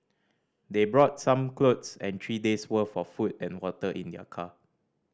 they brought some clothes and three days worth of food and water in their car